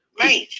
Right